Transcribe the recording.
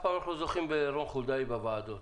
אף פעם אנחנו לא זוכים ברון חולדאי בוועדות.